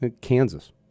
kansas